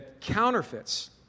counterfeits